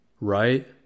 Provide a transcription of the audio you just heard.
right